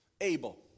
able